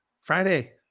Friday